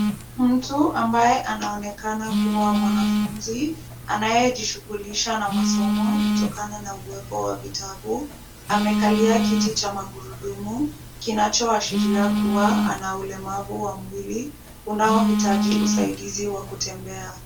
Mtu ambaye anaonekana kuwa mwanafunzi, anayejishughulisha na masomo kutokana na uwepo wa vitabu, amekalia kiti cha magurudumu kinachoashiria kuwa ana ulemavu wa mwili unaohitaji usaidiza wa kutembea.